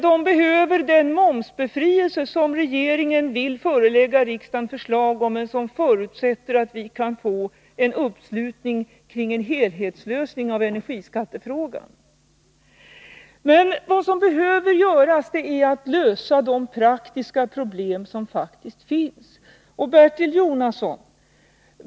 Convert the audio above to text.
Det behövs den momsbefrielse som regeringen vill förelägga riksdagen förslag om, men som förutsätter att vi kan få uppslutning kring en helhetslösning av energiskattefrågan. Vad som behöver göras är att lösa de praktiska problem som faktiskt finns. Bertil Jonasson!